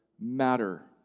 matter